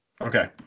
Okay